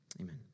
Amen